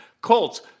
Colts